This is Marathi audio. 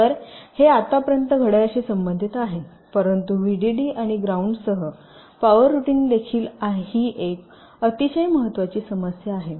तर हे आतापर्यंत घड्याळाशी संबंधित आहे परंतु व्हीडीडी आणि ग्राउंडसह पॉवर रूटिंगसाठी देखील ही एक अतिशय महत्त्वाची समस्या आहे